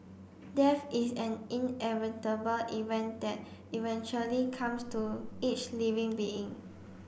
death is an inevitable event that eventually comes to each living being